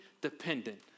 dependent